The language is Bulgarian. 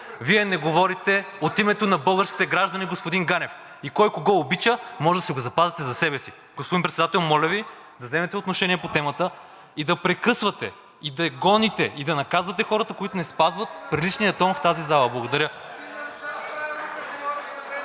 Вие не говорите от името на българските граждани, господин Ганев. И кой кого обича можете да запазите за себе си. Господин Председател, да вземете отношение по темата – да прекъсвате, да гоните и да наказвате хората, които не спазват приличния тон в тази зала. Благодаря